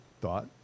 thought